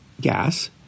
gas